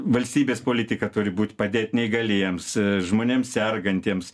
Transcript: valstybės politika turi būt padėt neįgaliems žmonėms sergantiems